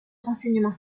renseignement